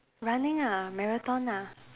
running ah marathon ah